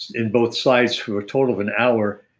in both sides for a total of an hour,